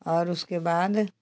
और उसके बाद